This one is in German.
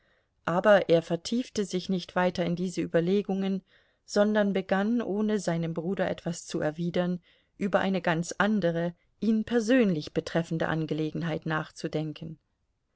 aber er vertiefte sich nicht weiter in diese überlegungen sondern begann ohne seinem bruder etwas zu erwidern über eine ganz andere ihn persönlich betreffende angelegenheit nachzudenken